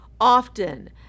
often